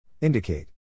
Indicate